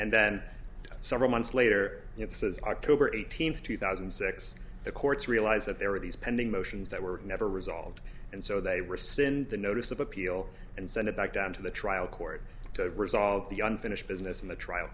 and then several months later it says october eighteenth two thousand and six the courts realized that there were these pending motions that were never resolved and so they were send the notice of appeal and send it back down to the trial court to resolve the unfinished business in the trial